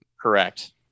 Correct